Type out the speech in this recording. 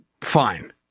fine